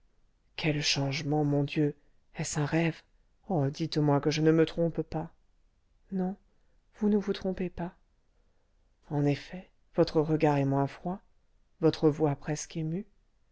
quel changement mon dieu est-ce un rêve oh dites-moi que je ne me trompe pas non vous ne vous trompez pas en effet votre regard est moins froid votre voix presque émue